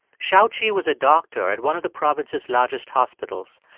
shaoqi was a doctor at one of the province's largest hospitals.